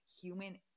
human